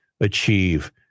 achieve